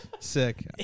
Sick